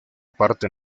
parte